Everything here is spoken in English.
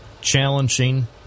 challenging